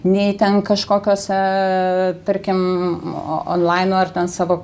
nei ten kažkokiose tarkim onlaino ar ten savo